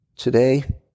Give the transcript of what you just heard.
Today